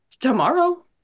tomorrow